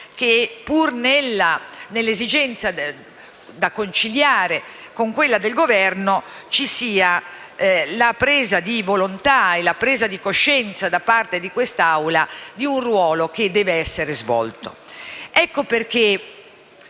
di un'esigenza da conciliare con quella del Governo, ci sia la presa di volontà e di coscienza, da parte di quest'Assemblea, di un ruolo che deve essere svolto. Ecco perché,